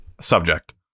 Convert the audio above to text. subject